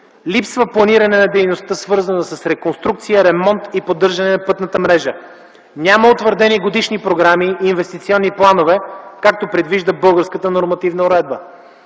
липсва планиране на дейността, свързана с реконструкция, ремонт и поддържане на пътната мрежа. Няма утвърдени годишни програми и инвестиционни планове, както предвижда българската нормативна уредба.